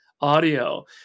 audio